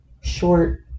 short